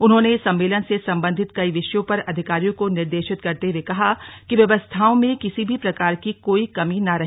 उन्होंने सम्मेलन से संबंधित कई विषयों पर अधिकारियों को निर्देशित करते हुए कहा कि व्यवस्थाओं में किसी भी प्रकार की कोई कमी न रहे